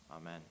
amen